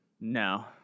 No